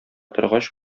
торгач